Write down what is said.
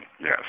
Yes